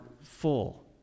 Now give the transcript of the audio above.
full